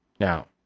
Now